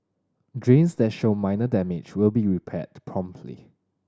drains that show minor damage will be repaired promptly